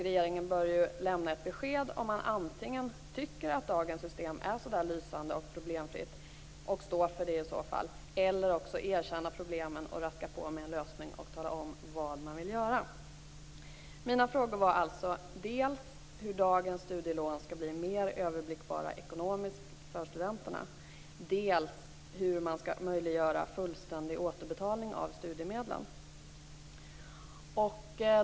Regeringen bör ju lämna ett besked om man tycker att dagens system är så lysande och problemfritt, och i så fall stå för det, eller erkänna problemen och raska på med en lösning och tala om vad man vill göra. Mina frågor var alltså dels hur dagens studielån skall bli mer överblickbara ekonomiskt för studenterna, dels hur man skall möjliggöra fullständig återbetalning av studiemedlen.